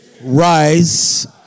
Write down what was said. Rise